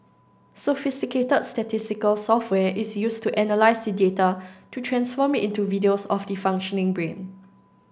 sophisticated statistical software is used to analyse the data to transform it into videos of the functioning brain